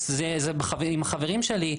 זה עם החברים שלי,